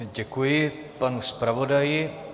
Děkuji panu zpravodaji.